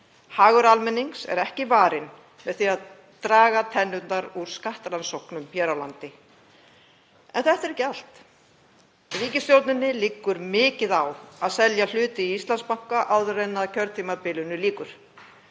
Hagur almennings er ekki varinn með því að draga tennurnar úr skattrannsóknum hér á landi. En þetta er ekki allt. Ríkisstjórninni liggur mikið á að selja hluti í Íslandsbanka áður en kjörtímabilinu lýkur,